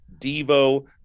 Devo